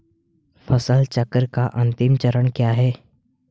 फसल चक्र का अंतिम चरण क्या है?